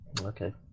okay